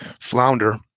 flounder